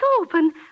open